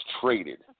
traded